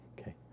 Okay